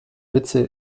witze